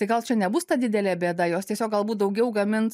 tai gal čia nebus ta didelė bėda jos tiesiog galbūt daugiau gamins